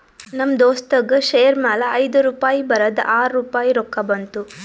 ನಮ್ ದೋಸ್ತಗ್ ಶೇರ್ ಮ್ಯಾಲ ಐಯ್ದು ರುಪಾಯಿ ಬರದ್ ಆರ್ ರುಪಾಯಿ ರೊಕ್ಕಾ ಬಂತು